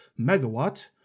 Megawatt